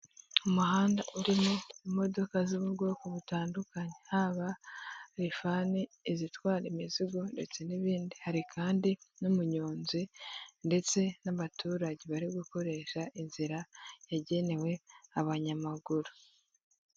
Umuhanda urimo imodoka zo mu bwoko butandukanye, haba refani, izitwara imizigo ndetse n'ibindi, hari kandi n'umuyonzi ndetse n'abaturage bari gukoresha inzira yagenewe abanyamaguru.